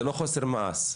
זה לא חוסר מעש.